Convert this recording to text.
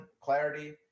clarity